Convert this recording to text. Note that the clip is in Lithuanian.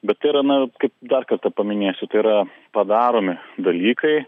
bet tai yra na dar kartą paminėsiu tai yra padaromi dalykai